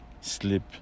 sleep